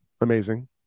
amazing